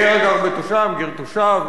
הגר הגר ותושב, גר תושב.